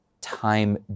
time